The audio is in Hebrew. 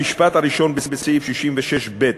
המשפט הראשון בסעיף 66(ב)